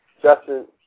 Justin